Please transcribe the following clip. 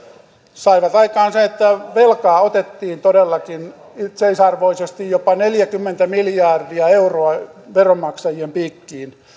saivat aikaan sen että velkaa otettiin todellakin itseisarvoisesti jopa neljäkymmentä miljardia euroa veronmaksajien piikkiin